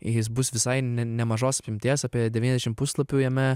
jis bus visai ne nemažos apimties apie devyniasdešim puslapių jame